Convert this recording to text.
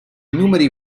numeri